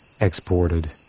exported